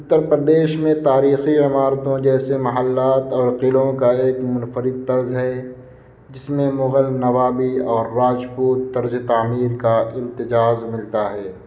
اترپردیش میں تاریخی عمارتوں جیسے محلات اور قلعوں کا ایک منفرد طرز ہے جس میں مغل نوابی اور راجپوت طرز تعمیر کا امتزاج ملتا ہے